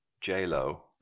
J-Lo